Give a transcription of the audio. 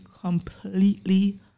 completely